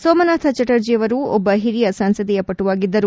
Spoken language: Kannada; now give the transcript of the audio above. ಸೋಮನಾಥ ಚಟರ್ಜೆಯವರು ಒಬ್ಲ ಹಿರಿಯ ಸಂಸದೀಯ ಪಟುವಾಗಿದ್ದರು